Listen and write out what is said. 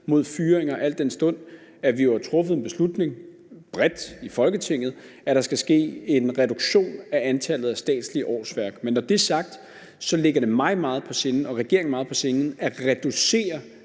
mod fyringer, al den stund at vi jo har truffet en beslutning bredt i Folketinget om, at der skal ske en reduktion af antallet af statslige årsværk. Men når det er sagt, ligger det mig meget på sinde og regeringen meget på sinde at reducere